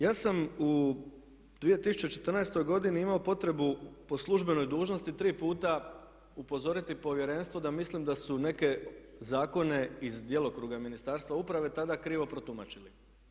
Ja sam u 2014. godini imao potrebu po službenoj dužnosti 3 puta upozoriti povjerenstvo da mislim da su neke zakone iz djelokruga Ministarstva uprave tada krivo protumačili.